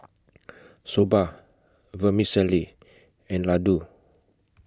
Soba Vermicelli and Ladoo